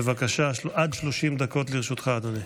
בבקשה, עד 30 דקות לרשותך, אדוני.